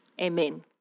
Amen